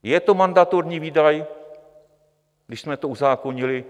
Je to mandatorní výdaj, když jsme to uzákonili?